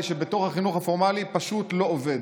שבתוך החינוך הפורמלי פשוט לא עובד.